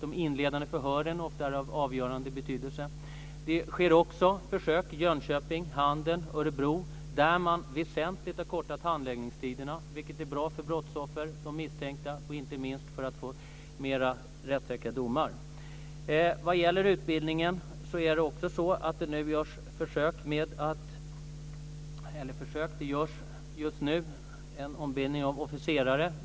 De inledande förhören är ofta av avgörande betydelse. Det sker också försök i Jönköping, Handen och Örebro. Där har man väsentligt förkortat handläggningstiderna. Det är bra för brottsoffer, de misstänkta och inte minst för att få mer rättssäkra domar. Vad gäller utbildning sker nu en ombildning av officerare.